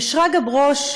ושרגא ברוש,